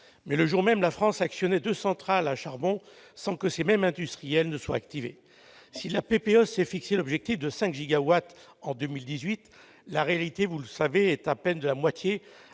Or, le jour même, la France actionnait deux centrales à charbon, sans que les mêmes industriels soient activés. Si la PPE s'est fixé l'objectif de cinq gigawatts en 2018, vous le savez, monsieur le ministre